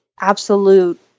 absolute